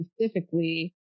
specifically